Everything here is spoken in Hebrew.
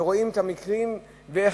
כשרואים את המקרים, ואיך,